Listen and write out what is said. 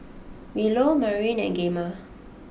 Willow Marylyn and Gemma